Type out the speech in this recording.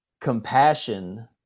compassion